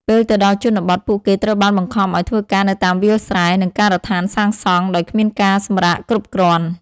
ពេលទៅដល់ជនបទ ពួកគេត្រូវបានបង្ខំឲ្យធ្វើការនៅតាមវាលស្រែ និងការដ្ឋានសាងសង់ដោយគ្មានការសម្រាកគ្រប់គ្រាន់។